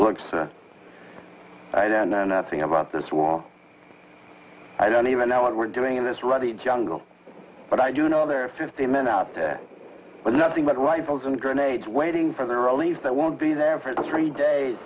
them i don't know nothing about this war i don't even know what we're doing in this ruddy jungle but i do know there are fifty men out there with nothing but rifles and grenades waiting for the relief that won't be there for three days